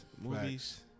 Movies